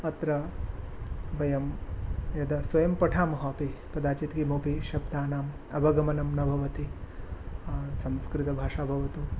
अत्र वयं यदा स्वयं पठामः अपि कदाचित् किमपि शब्दानाम् अवगमनं न भवति संस्कृतभाषा भवतु